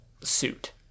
suit